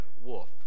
wolf